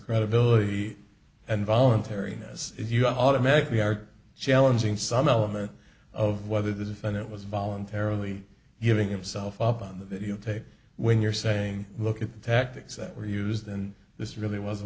credibility and voluntariness if you automatically are challenging some element of whether the defendant was voluntarily giving himself up on the videotape when you're saying look at the tactics that were used and this really wasn't